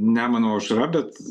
nemuno aušra bet